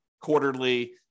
quarterly